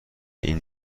این